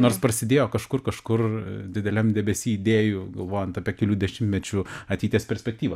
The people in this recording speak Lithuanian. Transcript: nors prasidėjo kažkur kažkur dideliam debesy idėjų galvojant apie kelių dešimtmečių ateities perspektyvą